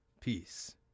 Peace